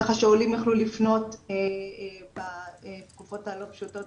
ככה שעולים יכלו לפנות בתקופות הלא פשוטות